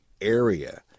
area